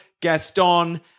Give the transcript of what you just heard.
Gaston